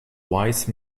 wise